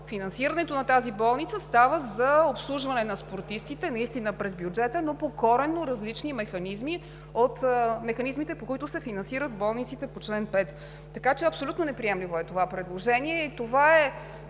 Финансирането на тази болница за обслужване на спортистите наистина става през бюджета, но по коренно различни механизми от механизмите, по които се финансират болниците по чл. 5. Така че абсолютно неприемливо е това предложение и това е